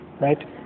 right